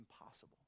impossible